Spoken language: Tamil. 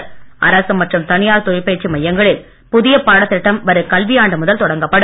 ரசு மற்றும் தனியார் தொழிற்பயிற்சி மையங்களில் புதிய பாடத்திட்டம் வரும் கல்வி ஆண்டு முதல் தொடங்கப்படும்